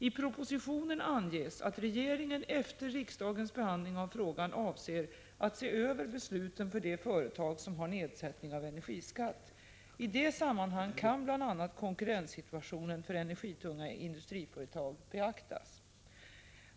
I propositionen anges att regeringen efter riksdagens behandling av frågan avser att se över besluten för de företag som har nedsättning av energiskatt. I det sammanhanget kan bl.a. konkurrenssituationen för energitunga industriföretag beaktas.